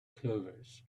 clovers